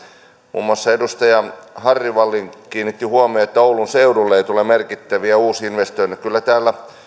muun muassa edustaja harry wallin kiinnitti huomiota että oulun seudulle ei tule merkittäviä uusinvestointeja kyllä täällä